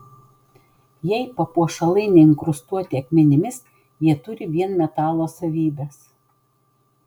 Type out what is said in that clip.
jei papuošalai neinkrustuoti akmenimis jie turi vien metalo savybes